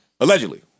Allegedly